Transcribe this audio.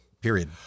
period